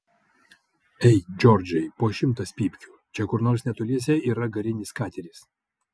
ei džordžai po šimtas pypkių čia kur nors netoliese yra garinis kateris